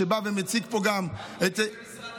שגם מציג פה מי שר הבריאות?